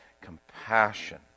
compassion